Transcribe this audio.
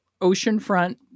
oceanfront